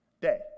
Day